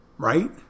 Right